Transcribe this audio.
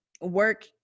Work